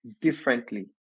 differently